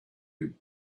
him